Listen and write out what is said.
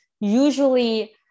usually